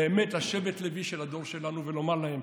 באמת, לשבט לוי של הדור שלנו, ולומר להם: